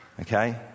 Okay